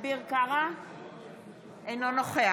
אינו נוכח